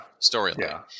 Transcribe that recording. storyline